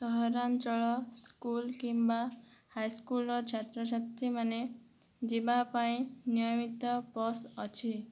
ସହରାଞ୍ଚଳ ସ୍କୁଲ କିମ୍ବା ହାଇସ୍କୁଲର ଛାତ୍ରଛାତ୍ରୀ ମାନେ ଯିବାପାଇଁ ନିୟମିତ ବସ୍ ଅଛି